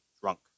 drunk